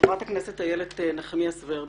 חברת הכנסת איילת נחמיאס ורבין,